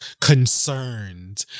concerned